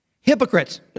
hypocrites